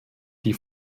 die